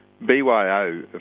BYO